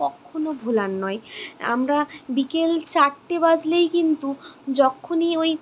কক্ষনো ভোলার নয় আমরা বিকেল চারটে বাজলেই কিন্তু যখনই ওই